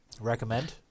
Recommend